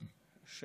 של הבית הזה,